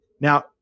Now